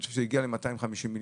אני חושב שהיא הגיעה ל-250 מיליון.